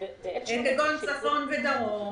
כגון צפון ודרום.